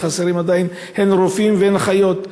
ואין רופאים ואין אחיות.